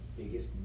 biggest